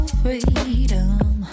freedom